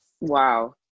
Wow